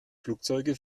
flugzeuge